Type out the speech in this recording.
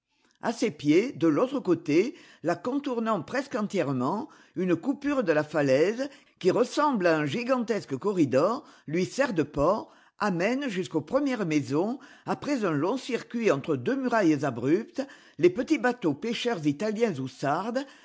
a ses pieds de l'autre côté la contournant presque entièrement une coupure de la falaise qui ressemble à un gigantesque corridor lui sert de port amène jusqu'aux premières maisons après un long circuit entre deux murailles abruptes les petits bateaux pêcheurs italiens ou sardes